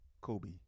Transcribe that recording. Kobe